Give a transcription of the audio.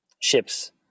ships